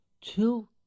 two